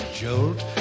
jolt